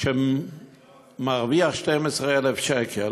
שמרוויח 12,000 שקל